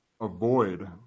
avoid